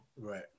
Right